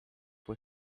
puoi